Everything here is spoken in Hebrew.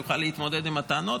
יוכל להתמודד עם הטענות.